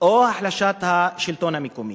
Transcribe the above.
או החלשת השלטון המקומי,